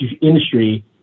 industry